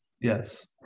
Yes